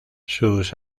sus